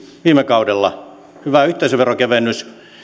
viime kaudella hyvä yhteisöveron kevennys